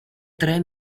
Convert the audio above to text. tre